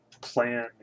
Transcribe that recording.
plan